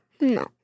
No